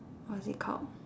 how does it called